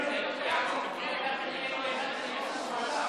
אני אדבר אליך בסגנון שאני לא רגיל לדבר בו.